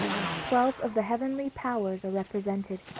twelve of the heavenly powers are represented,